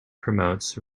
promotes